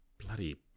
bloody